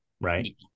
right